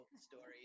stories